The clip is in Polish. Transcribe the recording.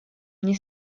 nie